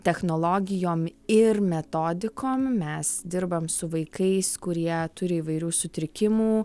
technologijom ir metodikom mes dirbam su vaikais kurie turi įvairių sutrikimų